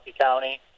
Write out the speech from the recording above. County